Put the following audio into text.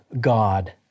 God